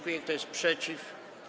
Kto jest przeciw?